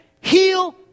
heal